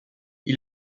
ils